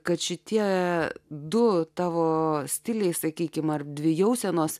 kad šitie du tavo stiliai sakykime ar dvi jausenos